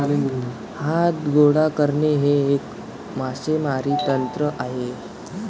हात गोळा करणे हे एक मासेमारी तंत्र आहे